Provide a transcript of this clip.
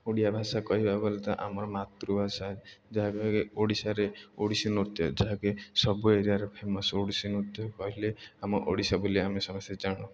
ଓଡ଼ିଆ ଭାଷା କହିବାକୁ ଗଲେ ତ ଆମର ମାତୃଭାଷା ଯାହାକ କି ଓଡ଼ିଶାରେ ଓଡ଼ିଶୀ ନୃତ୍ୟ ଯାହାକି ସବୁ ଏରିଆରେ ଫେମସ୍ ଓଡ଼ିଶୀ ନୃତ୍ୟ କହିଲେ ଆମ ଓଡ଼ିଶା ବୋଲି ଆମେ ସମସ୍ତେ ଜାଣୁ